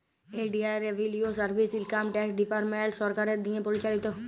ইলডিয়াল revenue service income tax department সরকারের দিঁয়ে পরিচালিত